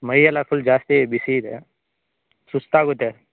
ಮೈಯೆಲ್ಲ ಫುಲ್ ಜಾಸ್ತಿ ಬಿಸಿ ಇದೆ ಸುಸ್ತಾಗುತ್ತೆ